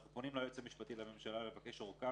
אנחנו פונים ליועץ המשפטי לממשלה לבקש אורכה